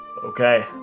Okay